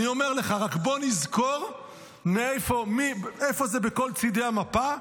אני אומר לך, רק בוא נזכור איפה זה בכל צידי המפה.